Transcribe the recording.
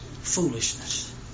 foolishness